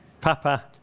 Papa